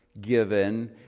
given